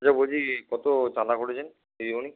আচ্ছা বলছি কত চাঁদা করেছেন দিদিমণি